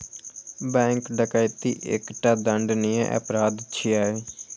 bank डकैती एकटा दंडनीय अपराध छियै